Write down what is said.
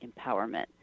empowerment